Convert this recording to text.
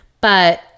But-